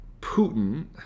Putin